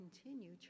continue